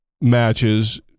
matches